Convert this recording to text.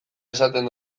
esaten